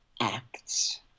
acts